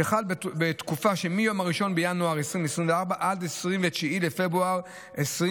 שחל בתקופה שמיום 1 בינואר 2024 עד 29 בפברואר 2024,